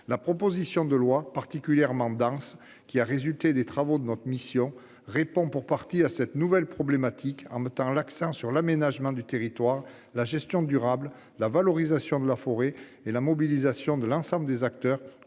La proposition de loi particulièrement dense qui a résulté des travaux de la mission répond pour partie à cette nouvelle problématique, en mettant l'accent sur l'aménagement du territoire, la gestion durable, la valorisation de la forêt et la mobilisation de l'ensemble des acteurs,